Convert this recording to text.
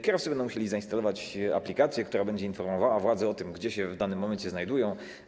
Kierowcy będą musieli zainstalować aplikację, która będzie informowała władze o tym, gdzie w danym momencie się znajdują.